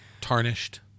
Tarnished